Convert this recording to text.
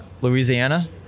Louisiana